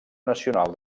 nacional